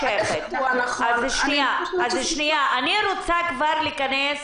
אני רוצה כבר להיכנס